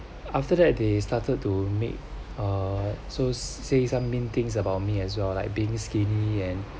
after that they started to make uh so says some mean things about me as well like being skinny and